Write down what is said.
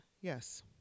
Yes